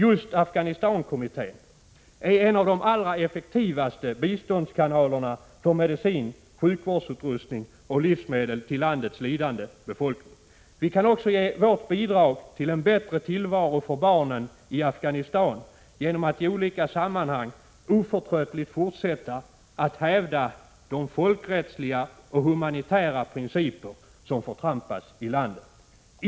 Just Afghanistankommittén är en av de allra effektivaste biståndskanalerna för medicin, sjukvårdsutrustning och livsmedel till landets lidande befolkning. Vi kan också ge vårt bidrag till en bättre tillvaro för barnen i Afghanistan genom att i olika sammanhang oförtröttligt fortsätta att hävda de folkrättsliga och humanitära principer som förtrampas i landet.